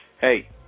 hey